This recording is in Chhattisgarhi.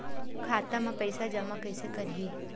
खाता म पईसा जमा कइसे करही?